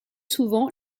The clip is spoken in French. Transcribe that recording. souvent